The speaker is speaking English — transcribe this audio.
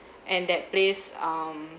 and that place um